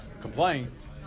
complaint